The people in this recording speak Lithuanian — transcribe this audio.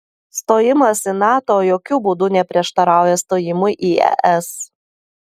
stojimas į nato jokiu būdu neprieštarauja stojimui į es